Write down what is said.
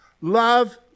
Love